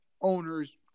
owners